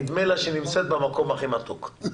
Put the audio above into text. נדמה לי שהיא נמצאת במקום הכי מתוק.